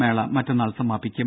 മേള മറ്റന്നാൾ സമാപിക്കും